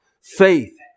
faith